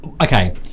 Okay